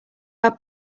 are